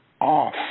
off